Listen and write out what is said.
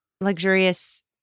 luxurious